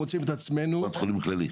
לקופת חולים כללית.